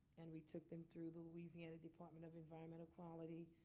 and we took them through the louisiana department of environmental quality,